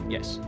Yes